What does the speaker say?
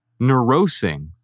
neurosing